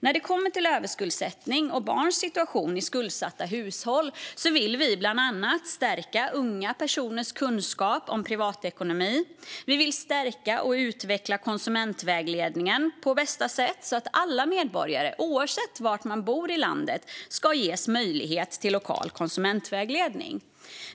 När det gäller överskuldsättning och barns situation i skuldsatta hushåll vill vi bland annat stärka unga personers kunskap om privatekonomi. Vi vill stärka och utveckla konsumentvägledningen på bästa sätt så att alla medborgare, oavsett var i landet de bor, ges möjlighet till lokal konsumentvägledning.